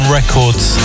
Records